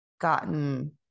gotten